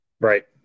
Right